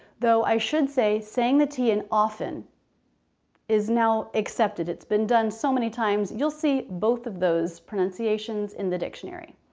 though i should say saying the t and often is now accepted it's been done so many times you'll see both of those pronunciations in the dictionary.